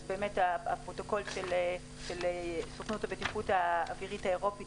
אז הפרוטוקול של סוכנות הבטיחות האווירית האירופית